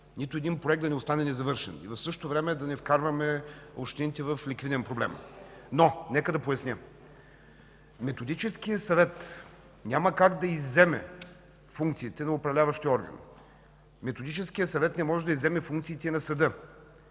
нито проект да не остане незавършен, и в същото време да не вкарваме общините в ликвиден проблем. Но нека да поясня. Методическият съвет няма как да изземе функциите на управляващия орган. Методическият съвет не може да изземе функциите на съда.